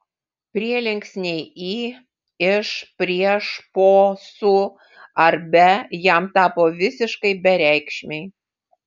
prielinksniai į iš prieš po su ar be jam tapo visiškai bereikšmiai